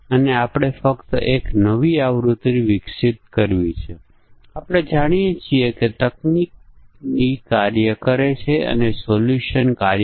એ જ રીતે અહીં ફક્ત અહીં તપાસો કે આ આ બંને અર્ધ પૂર્ણ કરતાં વધુ 3000 કરતાં વધુ માટે છે અને જો તે ઘરેલું ફ્લાઇટ છે કે નહીં તો આપણે ભોજન સેવા આપતા નથી તેથી આપણે આ બે પરીક્ષણના કિસ્સાઓને એકમાં જ જોડી શકીએ